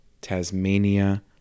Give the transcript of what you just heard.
Tasmania